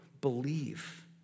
believe